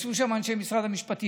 ישבו שם אנשי משרד המשפטים.